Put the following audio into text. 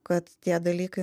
kad tie dalykai